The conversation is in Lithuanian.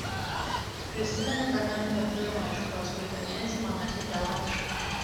prisimeni tą memfio firmą iš kurios praeitą mėnesį man atsiuntė laišką